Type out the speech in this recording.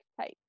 type